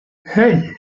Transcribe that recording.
hey